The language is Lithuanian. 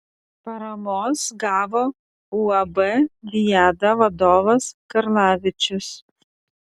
paramos gavo uab viada vadovas karlavičius